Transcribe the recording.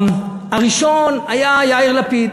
הראשון היה יאיר לפיד,